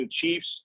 Chiefs